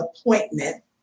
appointment